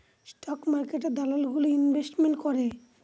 stock মার্কেটে দালাল গুলো ইনভেস্টমেন্ট করে